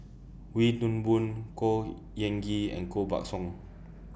Wee Toon Boon Khor Ean Ghee and Koh Buck Song